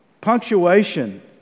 punctuation